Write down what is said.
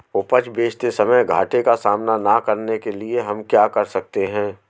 उपज बेचते समय घाटे का सामना न करने के लिए हम क्या कर सकते हैं?